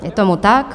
Je tomu tak.